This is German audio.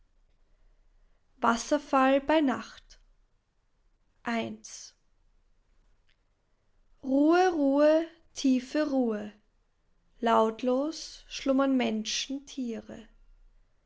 wasserfall bei nacht i ruhe ruhe tiefe ruhe lautlos schlummern menschen tiere